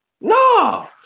No